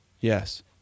Yes